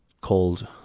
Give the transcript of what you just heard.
called